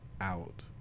out